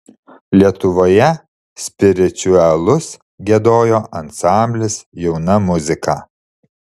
lietuvoje spiričiuelus giedojo ansamblis jauna muzika